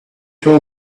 told